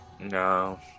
No